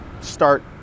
start